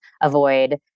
avoid